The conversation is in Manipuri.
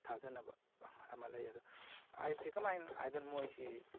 ꯊꯥꯖꯅꯕ ꯑꯃ ꯂꯩ ꯑꯗꯣ ꯍꯥꯏꯔꯤꯕꯁꯤ ꯀꯃꯥꯏꯟ ꯍꯥꯏꯗꯣꯏꯅꯣ ꯃꯣꯏꯁꯤ